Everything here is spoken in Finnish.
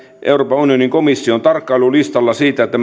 euroopan unionin komission tarkkailulistalla siitä että